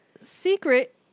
Secret